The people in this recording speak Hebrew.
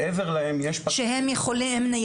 מעבר להם יש פקחים --- שהם ניידים?